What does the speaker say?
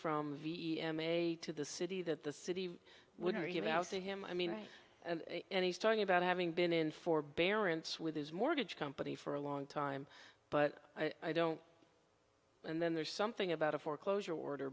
from v e m a to the city that the city wouldn't you know him i mean and he's talking about having been in forbearance with his mortgage company for a long time but i don't and then there's something about a foreclosure order